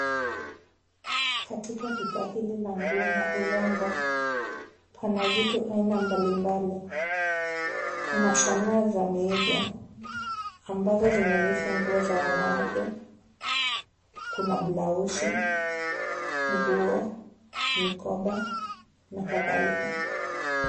Katika duka hili la nguo na urembo, pana vitu aina mbalimbali. Pana sanaa za miigo, ambazo zimevishwa nguo za wanawake. Kuna blausi, nguo, mikoba, na kadhalika.